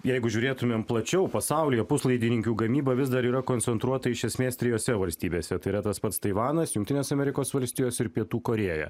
jeigu žiūrėtumėm plačiau pasaulyje puslaidininkių gamyba vis dar yra koncentruota iš esmės trijose valstybėse tai yra tas pats taivanas jungtinės amerikos valstijos ir pietų korėja